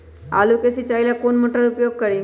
आलू के सिंचाई ला कौन मोटर उपयोग करी?